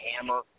hammer